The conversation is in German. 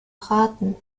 braten